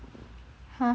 !huh!